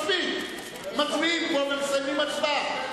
מצביעים פה ומסיימים הצבעה.